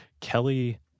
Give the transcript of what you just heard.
Kelly